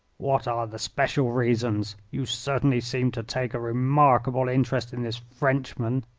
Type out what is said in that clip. what are the special reasons? you certainly seem to take a remarkable interest in this frenchman,